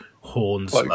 horns